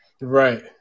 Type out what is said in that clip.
Right